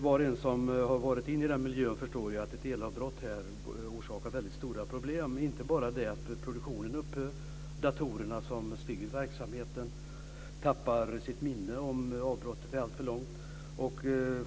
Var och en som har varit inne i den miljön förstår ju att ett elavbrott där orsakar väldigt stora problem. Det är inte bara det att produktionen upphör, utan datorerna som styr verksamheten tappar sitt minne om avbrottet blir alltför långt.